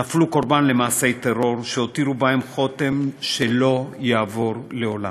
נפלו קורבן למעשים שהשאירו בהם חותם שלא יעבור לעולם.